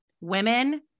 women